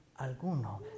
alguno